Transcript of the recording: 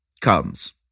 comes